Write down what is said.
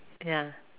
ya